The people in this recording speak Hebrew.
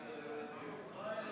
נגד רון כץ,